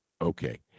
Okay